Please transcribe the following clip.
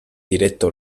diretto